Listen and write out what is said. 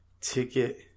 ticket